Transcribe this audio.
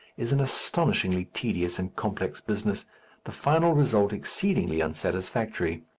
is an astonishingly tedious and complex business the final result exceedingly unsatisfactory.